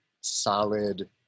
solid